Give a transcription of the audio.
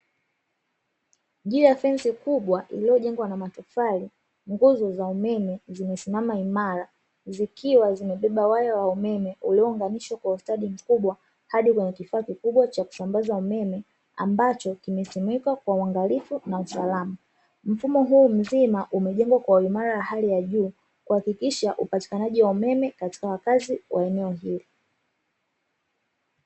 Juu ya fensi kubwa iliyojengwa na matofali, nguzo za umeme zimesimama imara zikiwa zimebeba waya wa umeme uliounganishwa kwa ustadi mkubwa, hadi kwenye kifaa kikubwa cha kusambaza umeme ambacho kimesimikwa kwa uangalifu na usalama. Mfumo huu mzima umejengwa kwa uimara wa hali ya juu kuhakikisha upatikanaji wa umeme kwa wakazi wa eneo hili.